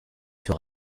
sur